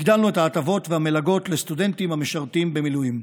הגדלנו את ההטבות והמלגות לסטודנטים המשרתים במילואים.